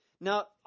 Now